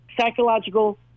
psychological